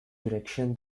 direction